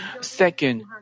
Second